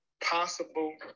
possible